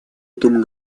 этом